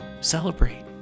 celebrate